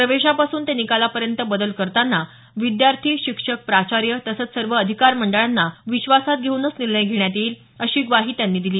प्रवेशापासून ते निकालापर्यंत बदल करताना विद्यार्थी शिक्षक प्राचार्य तसंच सर्व अधिकार मंडळांना विश्वासात घेऊनच निर्णय घेण्यात येईल अशी ग्वाहीही त्यांनी दिली